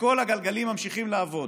וכל הגלגלים ממשיכים לעבוד.